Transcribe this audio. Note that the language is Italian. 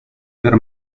per